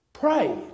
Pray